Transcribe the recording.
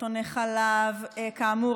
קרטוני חלב כאמור,